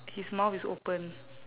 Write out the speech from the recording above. his mouth is open